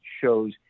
shows